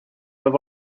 have